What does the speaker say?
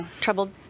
Troubled